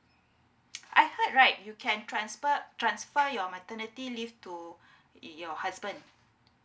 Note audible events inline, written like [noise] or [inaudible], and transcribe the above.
[noise] I heard right you can transfer transfer your maternity leave to [breath] your husband